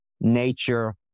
nature